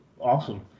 Awesome